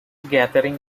gathering